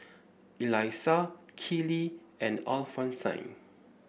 Elisa Keely and Alphonsine